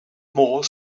more